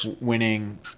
winning